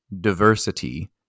diversity